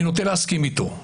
ואני נוטה להסכים איתו.